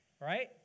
Right